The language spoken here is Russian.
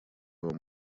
вам